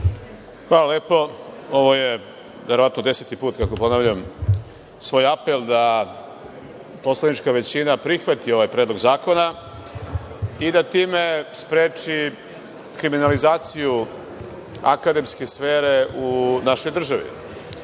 Hvala lepo. Ovo je verovatno deseti put kako ponavljam svoj apel da poslanička većina prihvati ovaj predlog zakona i da time spreči kriminalizaciju akademske sfere u našoj državi. Imamo,